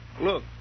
Look